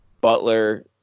Butler